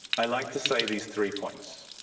i like to say these three points.